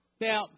Now